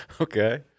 Okay